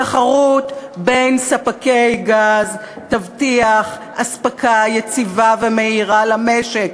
תחרות בין ספקי גז תבטיח אספקה יציבה ומהירה למשק.